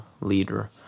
leader